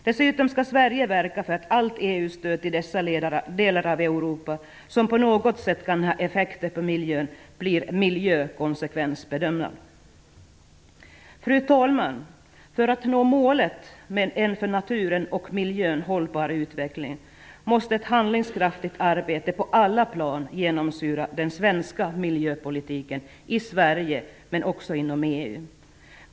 Dessutom skall Sverige verka för att allt EU-stöd till dessa delar av Europa, som på något sätt kan ha effekter på miljön, blir miljökonsekvensbedömt. Fru talman! För att nå målet med en för naturen och miljön hållbar utveckling måste ett handlingskraftigt arbete på alla plan genomsyra den svenska miljöpolitiken, i Sverige, men också inom EU.